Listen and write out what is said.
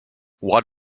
what